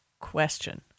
question